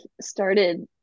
started